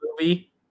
movie